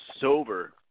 sober